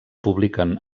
publiquen